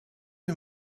you